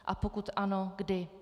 A pokud ano, kdy?